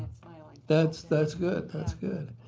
like that's that's good. that's good.